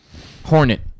Hornet